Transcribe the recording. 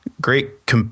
Great